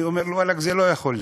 אני אומר: וואלכ, זה לא יכול להיות.